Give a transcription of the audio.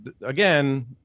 again